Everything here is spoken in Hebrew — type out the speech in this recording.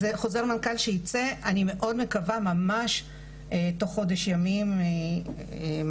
חוזר המנכ"ל הזה מאוד מקווה שייצא תוך חודש ימים מקסימום.